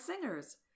singers